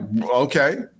okay